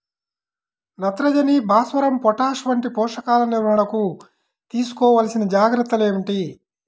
నత్రజని, భాస్వరం, పొటాష్ వంటి పోషకాల నిర్వహణకు తీసుకోవలసిన జాగ్రత్తలు ఏమిటీ?